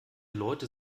leute